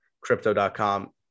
crypto.com